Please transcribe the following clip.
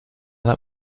that